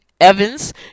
Evans